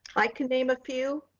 i can name a few.